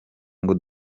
ngo